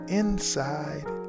inside